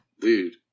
Dude